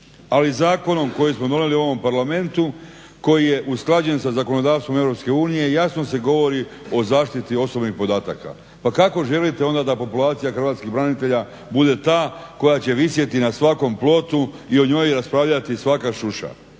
ali zakonom koji smo donijeli u ovom Parlamentu koji je usklađen sa zakonodavstvom EU jasno se govori o zaštiti osobnih podataka. Pa kako želite onda da populacija hrvatskih branitelja bude ta koja će visjeti na svakom plotu i o njoj raspravljati svaka šuša?